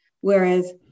whereas